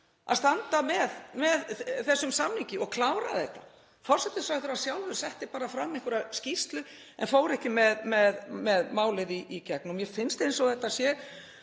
að standa með þessum samningi og klára þetta. Forsætisráðherra sjálfur setti fram einhverja skýrslu en fór ekki með málið í gegn og mér finnst eins og það sé